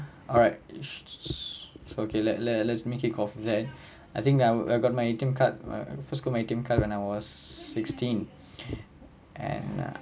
alright so okay let let let's make it off then I think I I got my A_T_M card err first got my A_T_M card when I was sixteen and uh